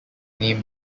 name